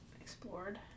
explored